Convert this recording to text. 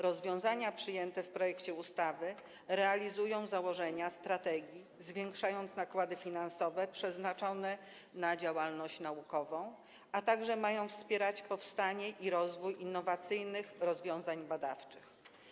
Rozwiązania przyjęte w projekcie ustawy realizują założenia strategii, zwiększając nakłady finansowe przeznaczone na działalność naukową, a także mają wspierać powstanie i rozwój innowacyjnych rozwiązań badawczych.